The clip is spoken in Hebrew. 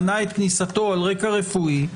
מנע כניסתו על רקע רפואי,